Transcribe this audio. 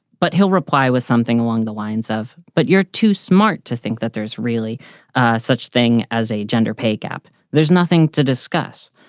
but he'll reply with something along the lines of. but you're too smart to think that there's really such thing as a gender pay gap. there's nothing to discuss.